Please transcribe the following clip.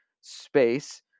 space